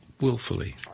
willfully